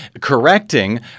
correcting